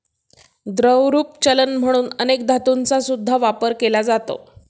द्रवरूप चलन म्हणून अनेक धातूंचा सुद्धा वापर केला जातो